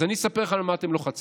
אז אני אספר לכם על מה אתם לוחצים.